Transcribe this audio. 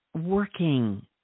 working